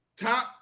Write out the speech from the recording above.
Top